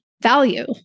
value